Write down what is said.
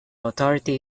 authority